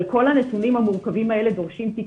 אבל כל הנתונים המורכבים האלה דורשים תיק